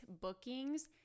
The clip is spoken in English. bookings